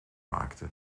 maakte